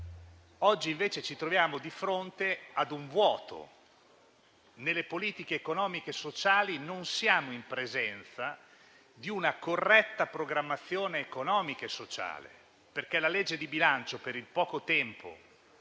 Oggi, invece, ci troviamo di fronte a un vuoto: nelle politiche economiche e sociali non siamo in presenza di una corretta programmazione economica e sociale. Penso alla legge di bilancio, per il poco tempo